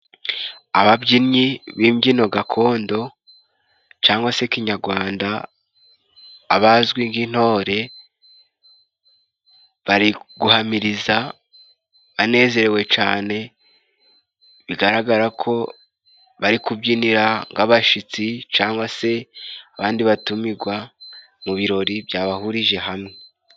Ababyinnyi b'imbyino gakondo cyangwa se kinyagwanda abazwi nk'intore, bari guhamiriza banezerewe cane bigaragarako bari kubyinira ng'abashitsi ,cangwa se abandi batumigwa mu birori byabahurije hamwe.